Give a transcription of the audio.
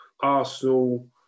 Arsenal